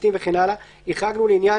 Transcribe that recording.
שופטים וכן הלאה החרגנו לעניין